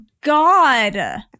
God